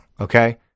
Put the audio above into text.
okay